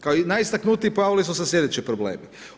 Kao najistaknutiji pojavili su se sljedeći problemi.